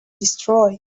destroyed